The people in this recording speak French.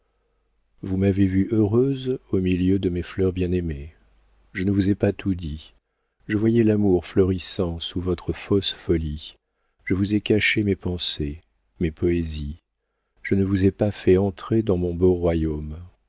vous m'avez vue heureuse au milieu de mes fleurs bien-aimées je ne vous ai pas tout dit je voyais l'amour fleurissant sous votre fausse folie je vous ai caché mes pensées mes poésies je ne vous ai pas fait entrer dans mon beau royaume